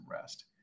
rest